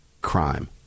Crime